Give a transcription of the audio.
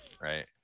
Right